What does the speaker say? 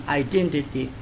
identity